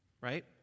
right